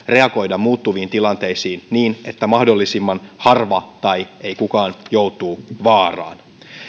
reagoida muuttuviin tilanteisiin niin että mahdollisimman harva tai ei kukaan joutuu vaaraan